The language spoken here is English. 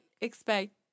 expect